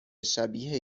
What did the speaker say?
شبیه